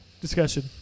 discussion